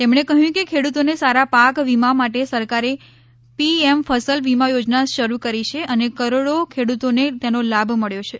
તેમણે કહ્યું કે ખેડૂતોને સારા પાક વીમા માટે સરકારે પીએમ ફસલ વીમા યોજના શરૂ કરી છે અને કરોડો ખેડૂતોને તેનો લાભ મળ્યો છે